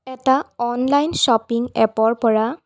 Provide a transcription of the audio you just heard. এটা online shopping এপৰপৰা